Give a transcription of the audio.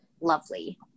lovely